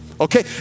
okay